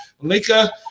Malika